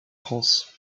france